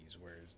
whereas